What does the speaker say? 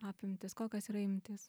apimtys kokios yra imtys